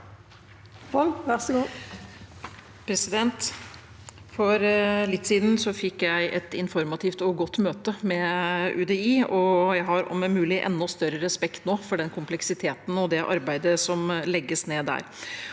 For litt siden hadde jeg et informativt og godt møte med UDI, og jeg har, om mulig, enda større respekt nå for kompleksiteten og det arbeidet som legges ned der.